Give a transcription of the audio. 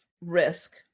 risk